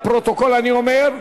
לפרוטוקול אני אומר.